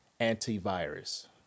antivirus